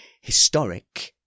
historic